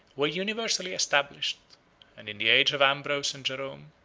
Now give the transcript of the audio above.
were universally established and in the age of ambrose and jerom,